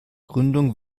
gründung